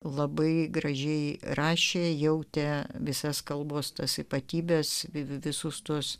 labai gražiai rašė jautė visas kalbos tas ypatybes vi vi visus tus